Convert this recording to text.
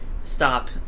stop